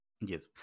Yes